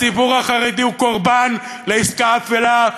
הציבור החרדי הוא קורבן לעסקה אפלה.